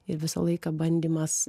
ir visą laiką bandymas